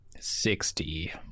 Sixty